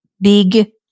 big